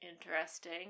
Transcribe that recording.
Interesting